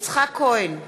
יצחק כהן,